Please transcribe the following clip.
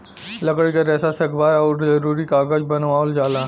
लकड़ी क रेसा से अखबार आउर जरूरी कागज बनावल जाला